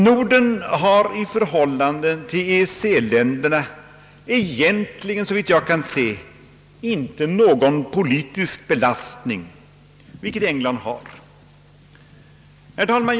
Norden har i förhållande till EEC-länderna egentligen, såvitt jag kan se, inte någon politisk belastning, vilket England har. Herr talman!